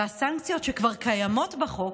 והסנקציות שכבר קיימות בחוק,